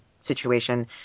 situation